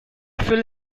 fell